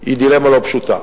היא דילמה לא פשוטה.